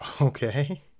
Okay